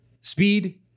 speed